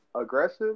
aggressive